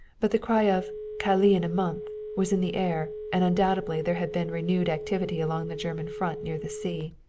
but the cry of calais in a month! was in the air, and undoubtedly there had been renewed activity along the german front near the sea.